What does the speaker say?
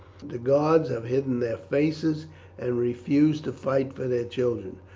the gods have hidden their faces and refused to fight for their children.